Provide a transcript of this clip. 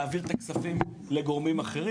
אנחנו לא יודעים להעביר את הכספים לגורמים אחרים.